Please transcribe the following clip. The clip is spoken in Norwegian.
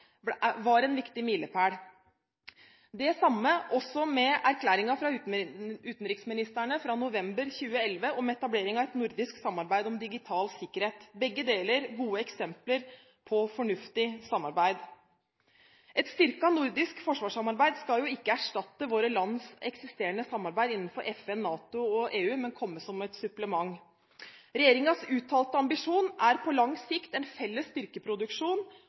var en viktig milepæl. Det samme gjelder erklæringen fra utenriksministrene fra november 2011 om etablering av et nordisk samarbeid om digital sikkerhet – begge deler gode eksempler på fornuftig samarbeid. Et styrket nordisk forsvarssamarbeid skal ikke erstatte våre lands eksisterende samarbeid innenfor FN, NATO og EU, men komme som et supplement. Regjeringens uttalte ambisjon er på lang sikt en felles styrkeproduksjon